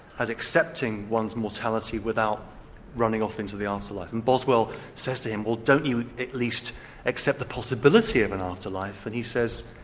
as accepting one's mortality without running off into the afterlife, and boswell says to him, well don't you at least accept the possibility of an afterlife? and he says,